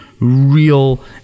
real